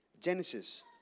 Genesis